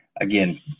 again